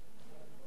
נתקבלה.